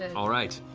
and all right.